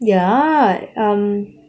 ya um